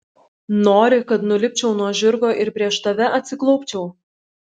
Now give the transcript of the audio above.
nori kad nulipčiau nuo žirgo ir prieš tave atsiklaupčiau